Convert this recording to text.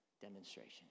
demonstration